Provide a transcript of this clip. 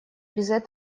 без